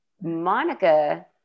Monica